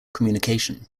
communication